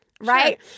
right